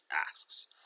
asks